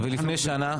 ולפני שנה?